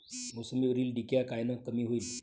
मोसंबीवरील डिक्या कायनं कमी होईल?